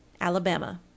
Alabama